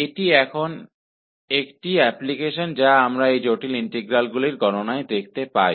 इन प्रकार के जटिल इंटीग्रल की गणना में हम इस अनुप्रयोग को देखते हैं